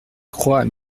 croix